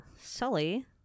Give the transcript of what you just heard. Sully